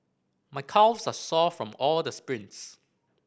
my calves are sore from all the sprints